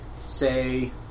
Say